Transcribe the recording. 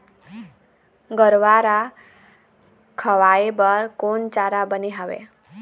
गरवा रा खवाए बर कोन चारा बने हावे?